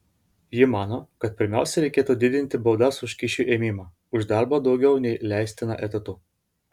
ji mano kad pirmiausia reikėtų didinti baudas už kyšių ėmimą už darbą daugiau nei leistina etatų